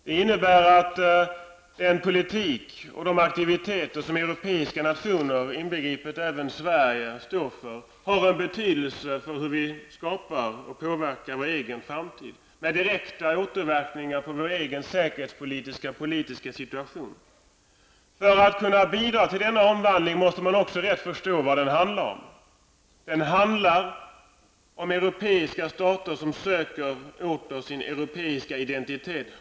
Detta innebär att den politik och de aktiviteter som europeiska nationer, inbegripet även Sverige, står för har en betydelse för hur vi skapar och påverkar vår egen framtid. Det ger direkta återverkningar på vår egen säkerhetspolitiska situation. För att kunna bidra till denna omvandling måste man också rätt förstå vad den handlar om. Den handlar om europeiska stater som åter söker sin europeiska identitet.